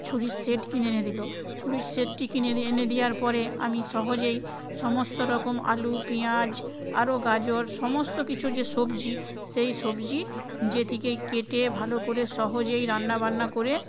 ছুরির সেট কিনে এনে দিল ছুরির সেটটি কিনে দিয়ে এনে দেওয়ার পরে আমি সহজেই সমস্ত রকম আলু পিঁয়াজ আরও গাজর সমস্ত কিছু যে সবজি সেই সবজি যেতিকে কেটে ভালো করে সহজেই রান্নাবান্না করে